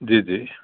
ਜੀ ਜੀ